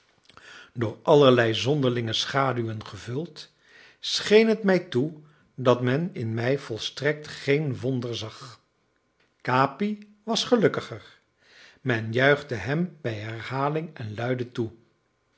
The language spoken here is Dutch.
door allerlei zonderlinge schaduwen gevuld scheen het mij toe dat men in mij volstrekt geen wonder zag capi was gelukkiger men juichte hem bij herhaling en luide toe